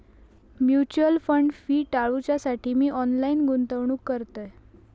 mutual fund fee टाळूच्यासाठी मी online गुंतवणूक करतय